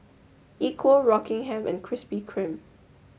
Equal Rockingham and Krispy Kreme